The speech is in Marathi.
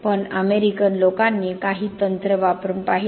पण अमेरिकन लोकांनी काही तंत्रे वापरून पाहिली